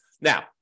Now